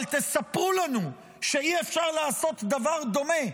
אבל תספרו לנו שאי-אפשר לעשות דבר דומה,